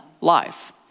life